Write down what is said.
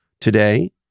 today